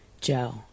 Joe